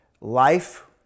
Life